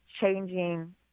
changing